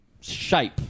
shape